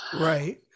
Right